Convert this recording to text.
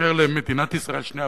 באשר למדינת ישראל שנייה,